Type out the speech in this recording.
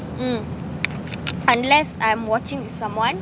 mm unless I am watching with someone